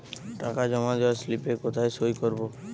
টাকা জমা দেওয়ার স্লিপে কোথায় সই করব?